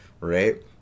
right